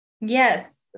Yes